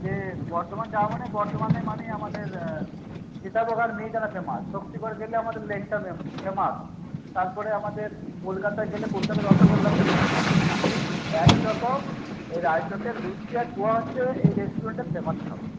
যে বর্ধমান যাওয়া মানে বর্ধমানে মানেই আমাদের সীতাভোগ আর মিহিদানা ফেমাস শক্তিগড় গেলে আমাদের ল্যাংচা ফেমাস তারপরে আমাদের কলকাতায় গেলে কলকাতার রসগোল্লা ফেমাস ঠিক একই রকম এই রায়চকের লুচি আর পোহা হচ্ছে এই রেস্টুরেন্টের ফেমাস খাবার